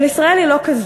אבל ישראל היא לא כזאת.